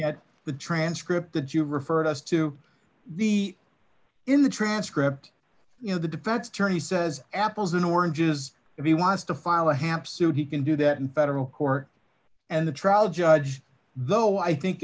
at the transcript that you referred us to the in the transcript you know the defense attorney says apples and oranges if he wants to file a hamp suit he can do that in federal court and the trial judge though i think